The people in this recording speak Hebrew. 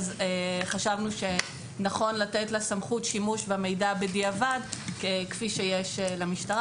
חשבנו שנכון לתת לה סמכות שימוש במידע בדיעבד כפי שיש למשטרה